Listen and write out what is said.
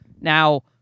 Now